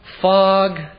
fog